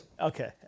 Okay